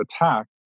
attack